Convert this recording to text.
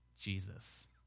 Jesus